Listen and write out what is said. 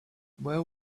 where